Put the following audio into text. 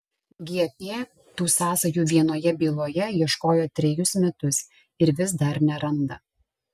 gp tų sąsajų vienoje byloje ieškojo trejus metus ir vis dar neranda